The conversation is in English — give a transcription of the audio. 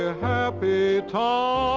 happy times!